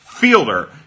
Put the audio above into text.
Fielder